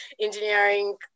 engineering